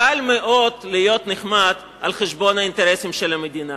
קל מאוד להיות נחמד על חשבון האינטרסים של המדינה,